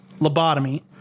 Lobotomy